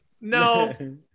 No